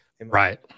Right